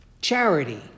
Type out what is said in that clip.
Charity